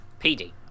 PD